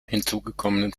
hinzugekommenen